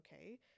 okay